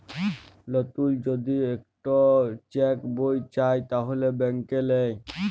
লতুল যদি ইকট চ্যাক বই চায় তাহলে ব্যাংকে লেই